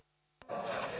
arvoisa